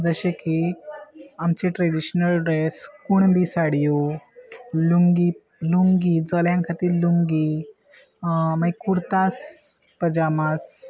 जशे की आमचे ट्रेडिशनल ड्रेस कुणबी साडयो लुंगी लुंगी चल्या खातीर लुंगी मागीर कुर्ता पजाम